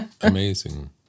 Amazing